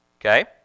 Okay